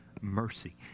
mercy